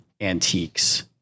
antiques